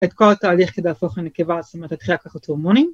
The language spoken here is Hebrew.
את כל התהליך כדי להפוך לנקבה, זאת אומרת להתחיל לקחת הורמונים